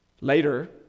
Later